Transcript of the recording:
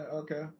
okay